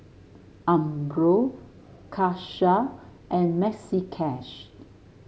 Umbro Karcher and Maxi Cash